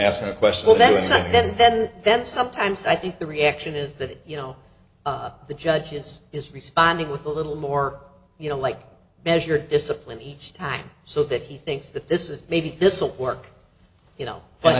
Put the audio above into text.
question well then it's not then then then sometimes i think the reaction is that you know the judges is responding with a little more you know like measure discipline each time so that he thinks that this is maybe this'll work you know but